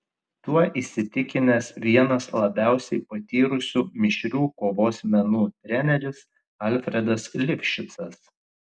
tuo įsitikinęs vienas labiausiai patyrusių mišrių kovos menų treneris alfredas lifšicas